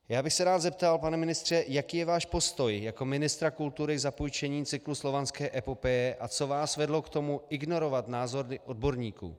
Já bych se rád zeptal, pane ministře, jaký je váš postoj jako ministra kultury k zapůjčení cyklu Slovanské epopeje a co vás vedlo k tomu ignorovat názory odborníků?